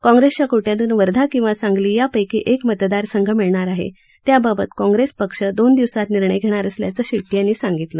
काँग्रेसच्या कोट्यातून वर्धा किंवा सांगली यापैकी एक मतदार संघ मिळणार आहे त्याबाबत काँग्रेस पक्ष दोन दिवसात निर्णय घेणार असल्याचं शेट्टी यांनी सांगितलं